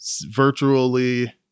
virtually